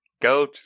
go